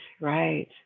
Right